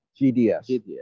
GDS